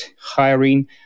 hiring